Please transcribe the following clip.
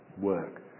work